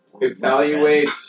Evaluate